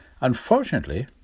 Unfortunately